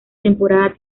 temporada